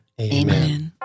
Amen